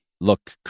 look